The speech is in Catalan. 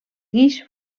guix